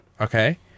Okay